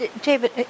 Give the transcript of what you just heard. David